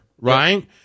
right